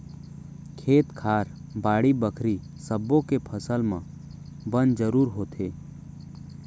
खेत खार, बाड़ी बखरी सब्बो के फसल म बन जरूर होथे